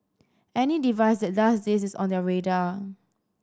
any device that does this is on their radar